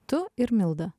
tu ir milda